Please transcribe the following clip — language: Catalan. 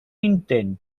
intent